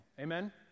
Amen